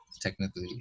technically